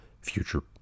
future